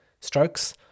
strokes